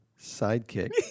sidekick